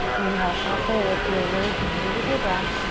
inhale halfway lift, your version. move with your breath.